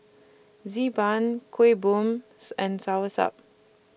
Xi Ban Kuih Bom and Soursop